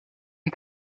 une